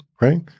right